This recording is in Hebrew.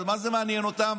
אבל מה זה מעניין אותם.